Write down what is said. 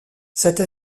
cette